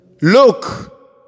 look